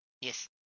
Yes